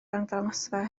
arddangosfa